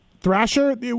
Thrasher